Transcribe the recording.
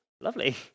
Lovely